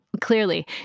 clearly